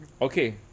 Okay